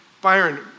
Byron